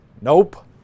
Nope